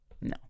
no